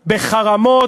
בחרמות,